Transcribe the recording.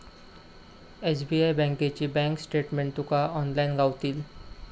SBI बँकेची bank statement तुका online गावतली